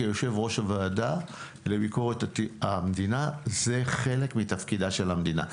כיושב-ראש הוועדה לביקורת המדינה כי זה חלק מתפקידה של המדינה.